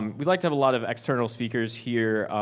we like to have a lot of external speakers here.